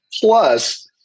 Plus